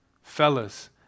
Fellas